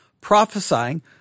prophesying